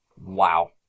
Wow